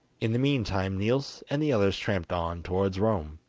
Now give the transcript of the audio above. in the meantime niels and the others tramped on towards rome.